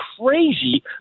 crazy